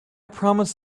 promised